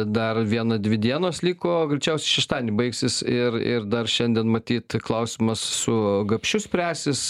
dar viena dvi dienos liko greičiausiai šeštadienį baigsis ir ir dar šiandien matyt klausimas su gapšiu spręsis